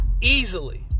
Easily